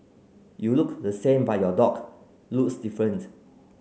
you look the same but your dog looks different